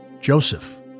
Joseph